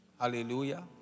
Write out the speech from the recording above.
Hallelujah